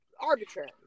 arbitrary